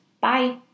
Bye